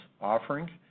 offering